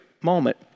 moment